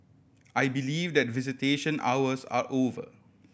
I believe that visitation hours are over